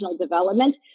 development